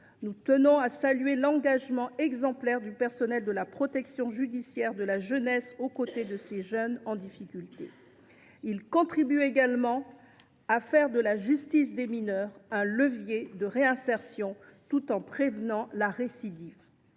nous tenons à saluer l’engagement exemplaire du personnel de la protection judiciaire de la jeunesse aux côtés de ces jeunes en difficulté. Ses agents contribuent également à faire de la justice des mineurs un levier de réinsertion, tout en prévenant la récidive.